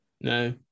no